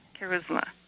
charisma